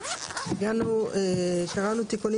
קראנו תיקונים